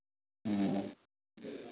ह्म्म